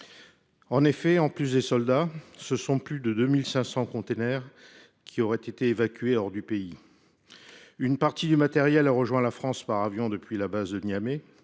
En effet, en plus des soldats, plus de 2 500 conteneurs auraient été évacués hors du pays. Une partie du matériel a rejoint la France par avion depuis la base de Niamey.